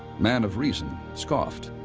man of reason, scoffed.